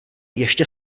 ještě